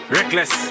Reckless